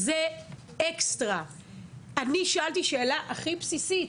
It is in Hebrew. אני שאלתי שאלה הכי בסיסית: